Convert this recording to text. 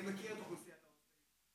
אני מכיר את אוכלוסיית ההוסטלים.